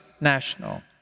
National